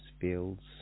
fields